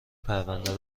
پرنده